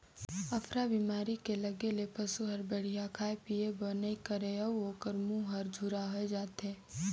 अफरा बेमारी के लगे ले पसू हर बड़िहा खाए पिए बर नइ करे अउ ओखर मूंह हर झूरा होय जाथे